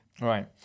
Right